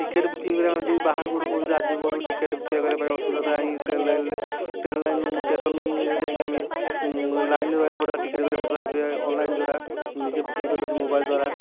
ticket ବୁକିଙ୍ଗ୍ରେ ଆମେ ଯେଉଁ ବାହାରକୁ କେଉଁଠି ରାଜ୍ୟକୁ ଗଲୁ ଟିକେଟ୍ ବୁକିଙ୍ଗ୍ କରିବା ପାଇଁ ଅସୁବିଧା ତ ନାହିଁ ଟ୍ରେନ୍ ଲାଇନ୍ ଟ୍ରେନ୍ ଲାଇନ୍ ଟେସନ୍ରେ ଯାଇଁକି ଆମେ ଲାଇନ୍ରେ ରହିଆକୁ ପଡୁଥିଲା ଟିକେଟ୍ କରିବାକୁ ପଡ଼ୁଥିଲା ଏବେ ଅନଲାଇନ୍ ଦ୍ୱାରା ନିଜେ ବୁକିଙ୍ଗ୍ କରିପାରୁଛି ମୋବାଇଲ୍ ଦ୍ୱାରା